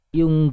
yung